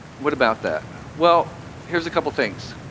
what about that? well, here's a couple of things.